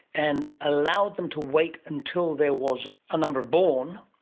and allowed them to wait until there was a number born,